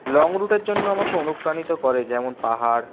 long রুটের জন্য আমাকে অনুপ্রাণিত করে যেমন পাহাড়